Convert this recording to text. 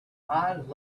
eyes